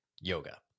yoga